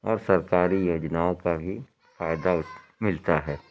اور سرکاری یوجناؤں کا بھی فائدہ ملتا ہے